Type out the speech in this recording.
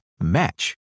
match